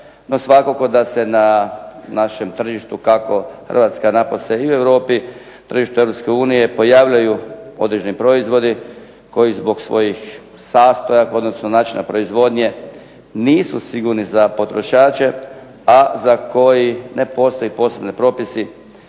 svakako da se na našem tržištu kako Hrvatska napose i u Europi, tržište Europske unije, pojavljuju određeni proizvodi koji zbog svojih sastojaka odnosno načina proizvodnje nisu sigurni za potrošače, a za koji ne postoje posebni propisi